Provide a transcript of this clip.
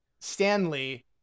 Stanley